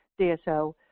DSO